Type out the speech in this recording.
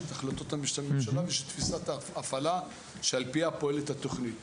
יש את החלטות הממשלה ויש את תפיסת ההפעלה שעל פיה התוכנית פועלת.